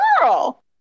girl